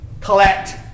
collect